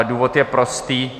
Důvod je prostý.